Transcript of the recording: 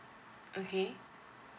okay